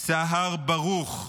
סהר ברוך,